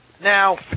Now